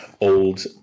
old